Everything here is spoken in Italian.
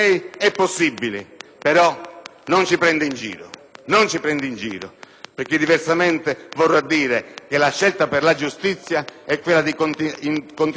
non ci prenda in giro, perché diversamente vorrà dire che la scelta per la giustizia è quella di continuare ad